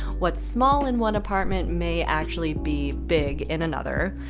what's small in one apartment may actually be big in another.